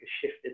shifted